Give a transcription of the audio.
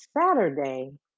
Saturday